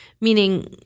Meaning